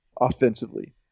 offensively